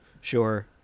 Sure